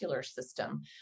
system